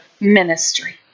ministry